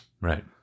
Right